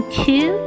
two